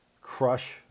crush